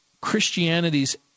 Christianity's